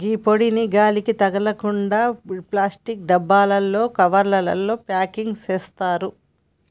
గీ పొడిని గాలి తగలకుండ ప్లాస్టిక్ డబ్బాలలో, కవర్లల ప్యాకింగ్ సేత్తారు